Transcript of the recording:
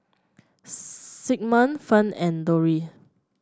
Sigmund Fern and Dori